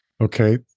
Okay